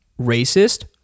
Racist